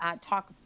talk